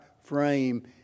frame